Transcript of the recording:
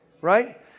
Right